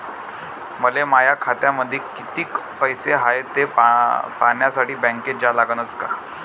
मले माया खात्यामंदी कितीक पैसा हाय थे पायन्यासाठी बँकेत जा लागनच का?